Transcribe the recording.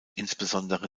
insbesondere